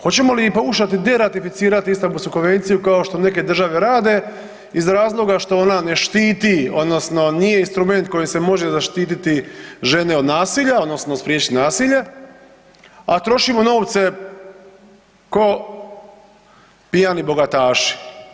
Hoćemo li i pokušati deratificirati Istambulsku konvenciju kao što neke države rade iz razloga što ona ne štiti odnosno nije instrument kojim se može zaštititi žene od nasilja odnosno spriječit nasilje, a trošimo novce ko pijani bogataši.